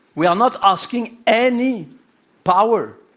we are not asking any power,